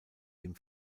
dem